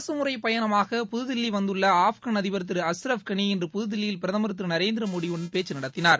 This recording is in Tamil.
அரசுமுறை பயணமாக புதுதில்லி வந்துள்ள ஆப்கன் அதிபர் திரு அஷ்ரப் கனி இன்று புதுதில்லியில் பிரதமர் திரு நரேந்திரமோடியுடன் பேச்சு நட்த்தினார்